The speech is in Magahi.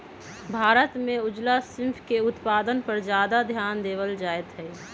भारत में उजला श्रिम्फ के उत्पादन पर ज्यादा ध्यान देवल जयते हई